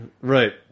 Right